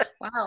Wow